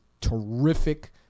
terrific